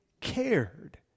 cared